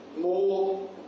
more